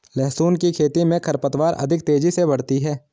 लहसुन की खेती मे खरपतवार अधिक तेजी से बढ़ती है